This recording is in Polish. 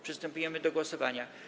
Przystępujemy do głosowania.